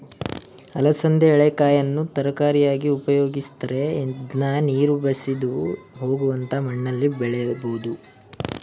ಅಲಸಂದೆ ಎಳೆಕಾಯನ್ನು ತರಕಾರಿಯಾಗಿ ಉಪಯೋಗಿಸ್ತರೆ, ಇದ್ನ ನೀರು ಬಸಿದು ಹೋಗುವಂತ ಮಣ್ಣಲ್ಲಿ ಬೆಳಿಬೋದು